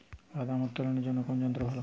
বাদাম উত্তোলনের জন্য কোন যন্ত্র ভালো?